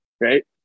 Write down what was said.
right